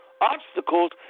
obstacles